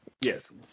Yes